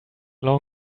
long